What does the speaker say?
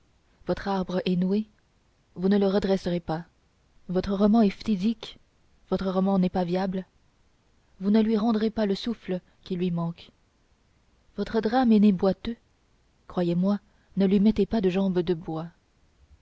votre arbre est noué vous ne le redresserez pas votre roman est phtisique votre roman n'est pas viable vous ne lui rendrez pas le souffle qui lui manque votre drame est né boiteux croyez-moi ne lui mettez pas de jambe de bois